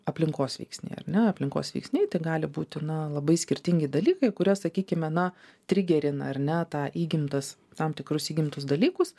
aplinkos veiksniai ar ne aplinkos veiksniai gali būti na labai skirtingi dalykai kurie sakykime na trigerina ar ne tą įgimtas tam tikrus įgimtus dalykus